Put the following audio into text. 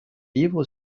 livre